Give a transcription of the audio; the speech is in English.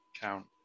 count